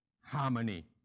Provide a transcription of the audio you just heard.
harmony